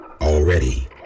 already